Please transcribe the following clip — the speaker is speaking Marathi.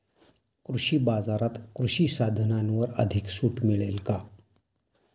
कृषी बाजारात कृषी साधनांवर अधिक सूट मिळेल का?